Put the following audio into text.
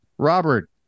Robert